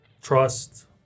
trust